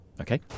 Okay